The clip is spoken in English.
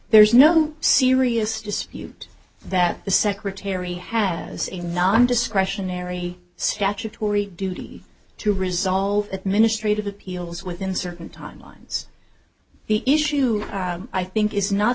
there's no serious dispute that the secretary has a non discretionary statutory duty to resolve administrative appeals within certain timelines the issue i think is not